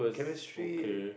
chemistry